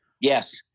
Yes